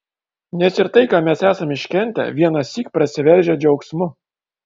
nes ir tai ką mes esam iškentę vienąsyk prasiveržia džiaugsmu